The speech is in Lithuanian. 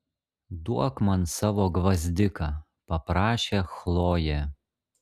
duok man savo gvazdiką paprašė chlojė